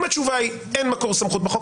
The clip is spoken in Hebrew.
אם התשובה היא אין מקור סמכות בחוק,